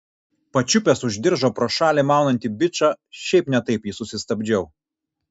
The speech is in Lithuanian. pačiupęs už diržo pro šalį maunantį bičą šiaip ne taip jį susistabdžiau